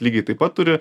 lygiai taip pat turi